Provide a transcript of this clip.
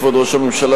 כבוד ראש הממשלה,